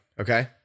okay